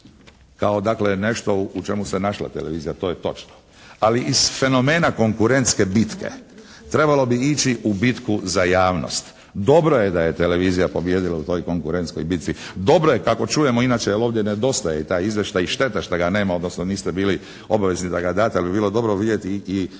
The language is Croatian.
kao dakle nešto u čemu se našla televizija to je točno, ali iz fenomena konkurentske bitke trebalo bi ići u bitku za javnost. Dobro je da je televizija pobijedila u toj konkurentskoj bitci, dobro je kako čujemo jer inače ovdje nedostaje taj izvještaj i šteta šta ga nema, odnosno niste bili obavezni da ga date, ali bi bilo dobro vidjeti i